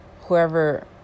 whoever